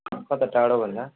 कता टाढो भन्दा